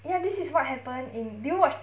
ya this is what happen in do you watch